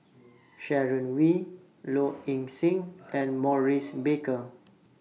Sharon Wee Low Ing Sing and Maurice Baker